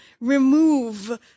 remove